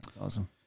Awesome